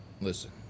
listen